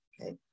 Okay